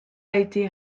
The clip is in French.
été